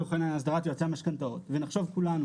לצורך העניין הסדרת יועצי המשכנתאות ונחשוב כולנו